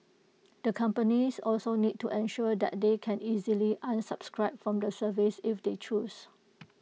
the companies also need to ensure that they can easily unsubscribe from the service if they choose